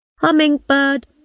Hummingbird